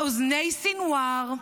לאוזני סנוואר,